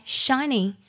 shining